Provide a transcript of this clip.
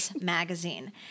Magazine